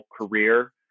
career